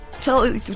tell